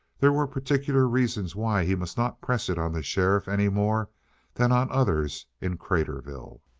there were particular reasons why he must not press it on the sheriff any more than on others in craterville.